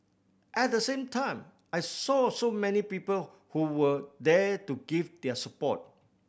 at the same time I saw so many people who were there to give their support